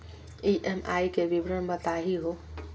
EMI के विवरण बताही हो?